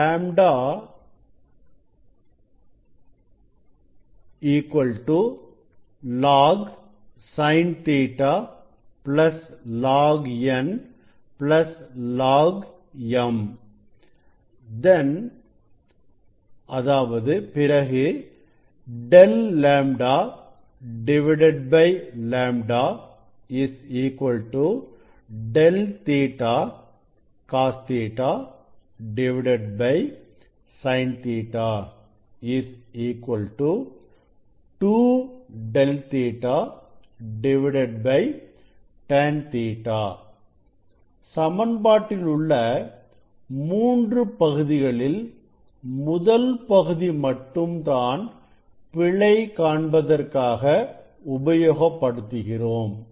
Here ln λ ln Sin Ɵ ln n ln m Then ẟλ λ ẟ Ɵ cos Ɵ Sin Ɵ 2 ẟ Ɵ tan Ɵ சமன் பாட்டில் உள்ள மூன்று பகுதிகளில் முதல் பகுதி மட்டும்தான் பிழை காண்பதற்காக உபயோகப்படுத்துகிறோம்